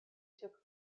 took